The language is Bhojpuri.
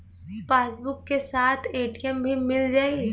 पासबुक के साथ ए.टी.एम भी मील जाई?